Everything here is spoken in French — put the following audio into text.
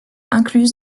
incluse